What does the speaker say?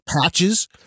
patches